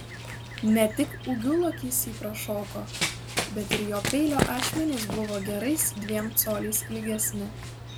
ne tik ūgiu lokys jį prašoko bet ir jo peilio ašmenys buvo gerais dviem coliais ilgesni